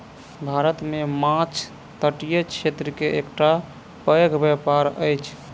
भारत मे माँछ तटीय क्षेत्र के एकटा पैघ व्यापार अछि